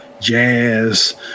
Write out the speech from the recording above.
jazz